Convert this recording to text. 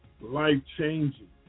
life-changing